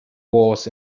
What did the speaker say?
was